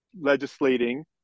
legislating